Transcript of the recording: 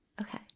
Okay